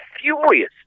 furious